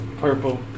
purple